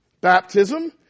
baptism